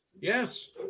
Yes